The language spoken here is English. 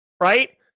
right